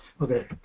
Okay